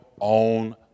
own